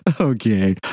Okay